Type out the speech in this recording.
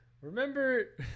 Remember